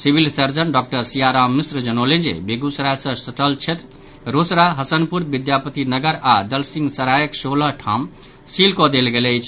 civil surgeon doctor Siyaram Mishra जनौलनि जे बेगूसराय सँ सटल क्षेत्र रोसड़ा हसनपुर विद्यापति नगर आओर दलसिंहसरायक सोलह ठाम सील कऽ देल गेल अछि